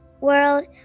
world